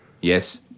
Yes